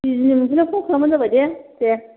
बिजनी मोनफैना फन खालामबानो जाबाय दे दे